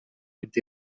vint